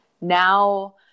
Now